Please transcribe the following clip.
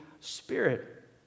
Spirit